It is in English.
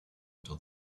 until